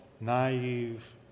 naive